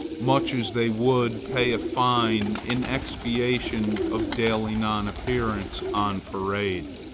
much as they would pay a fine in expiation of daily non-appearance on parade.